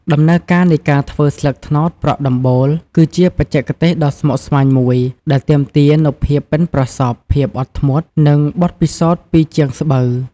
ដំណើរការនៃការធ្វើស្លឹកត្នោតប្រក់ដំបូល គឺជាបច្ចេកទេសដ៏ស្មុគស្មាញមួយដែលទាមទារនូវភាពប៉ិនប្រសប់ ភាពអត់ធ្មត់ និងបទពិសោធន៍ពីជាងស្បូវ។